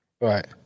right